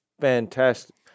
Fantastic